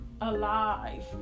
alive